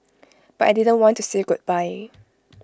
but I didn't want to say goodbye